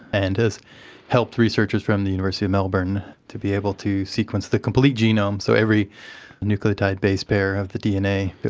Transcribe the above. and has helped researchers from the university of melbourne to be able to sequence the complete genome, so every nucleotide base pair of the dna,